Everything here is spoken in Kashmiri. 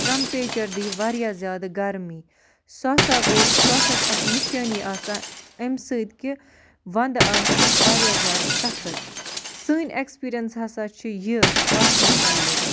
ٹرٛمپیچَر دی واریاہ زیادٕ گرمی سُہ ہَسا گوٚو سُہ ہَسا چھِ اکھ نِشٲنی آسان اَمہِ سۭتۍ کہِ وَنٛدٕ آسہِ واریاہ زیادٕ سخت سٲنۍ اٮ۪کٕسپیٖریَنٕس ہَسا چھِ یہِ اَتھ مُتعلق